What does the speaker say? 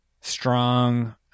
strong